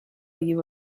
you